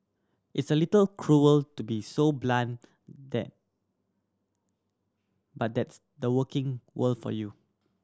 it's a little cruel to be so blunt that but that's the working world for you